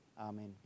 Amen